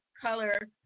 color